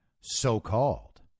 so-called